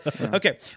Okay